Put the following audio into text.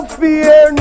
fear